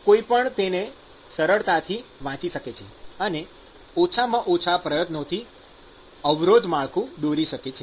કોઈ પણ તેને સરળતાથી વાંચી શકે છે અને ઓછામાં ઓછા પ્રયત્નોથી અવરોધ માળખું દોરી શકે છે